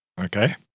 Okay